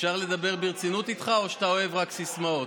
אפשר לדבר ברצינות איתך או שאתה אוהב רק סיסמאות?